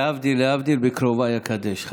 להבדיל, להבדיל, בקרוביי אקדש.